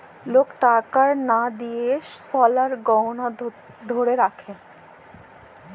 lock টাকার লা দিঁয়ে সলার গহলা ধ্যইরে রাখে